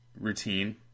routine